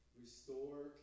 restore